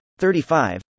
35